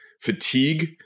fatigue